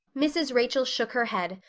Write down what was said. mrs. rachel shook her head,